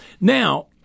Now